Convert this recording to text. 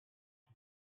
шүү